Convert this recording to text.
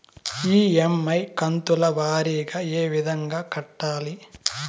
EMI కంతుల వారీగా ఏ విధంగా కట్టాలి